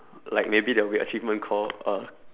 like maybe there will be achievement called a